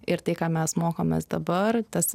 ir tai ką mes mokomės dabar tas